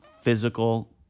physical